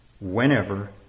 Whenever